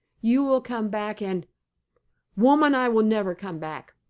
you will come back and woman, i will never come back.